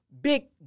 big